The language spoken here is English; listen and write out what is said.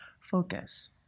focus